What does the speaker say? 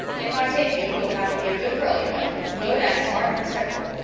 if i take you you'll have to be a good girl, you know good and smart and respectful.